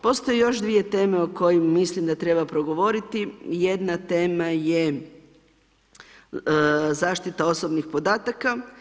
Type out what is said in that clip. Postoje još 2 teme o kojima mislim da trebam progovoriti, jedna tema je zaštita osobnih podataka.